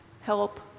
help